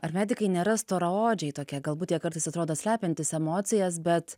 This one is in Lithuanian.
ar medikai nėra storaodžiai tokie galbūt jie kartais atrodo slepiantys emocijas bet